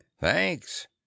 Thanks